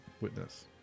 Witness